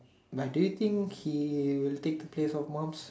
but do you think he will take pictures of moms